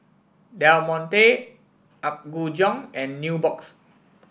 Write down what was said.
Del Monte Apgujeong and Nubox